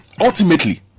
Ultimately